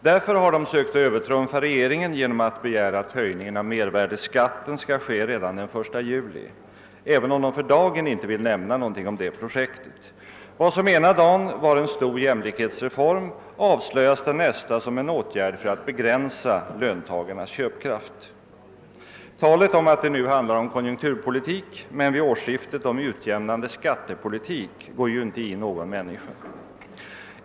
Därför har de borgerliga sökt övertrumfa regeringen genom att begära att höjningen av mervärdeskatten skall inträda redan den 1 juli, även om de för dagen inte vill nämna någonting om det projektet, — Vad som ena dagen var en stor jämlikhetsreform avslöjas den nästa som en åtgärd för att begränsa löntagarnas köpkraft! Talet om att det nu handlar om konjunkturpolitik men vid årsskiftet om utjämnande skattepolitik går ju inte i någon människa.